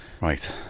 Right